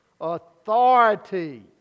authority